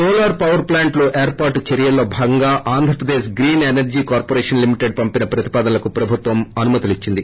నోలార్ power ప్లాంట్లు ఏర్పాటు చర్యల్లో భాగంగా Andhra Pradesh green energy corporation limited పంపిన ప్రతిపాదనలకు ప్రభుత్వం అనుమతి నిచ్చింది